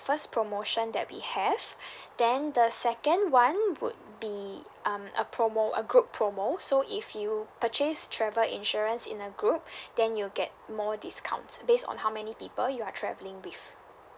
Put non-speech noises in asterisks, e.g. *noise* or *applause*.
first promotion that we have *breath* then the second [one] would be um a promo a group promo so if you purchase travel insurance in a group *breath* then you'll get more discount based on how many people you are travelling with